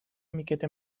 miqueta